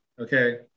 Okay